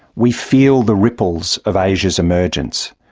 we feel the ripples of asia's emergence.